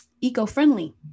eco-friendly